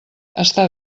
està